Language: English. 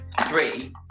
three